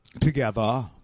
together